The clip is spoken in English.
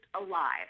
alive